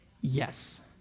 Yes